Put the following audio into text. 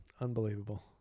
Unbelievable